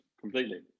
completely